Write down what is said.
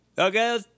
Okay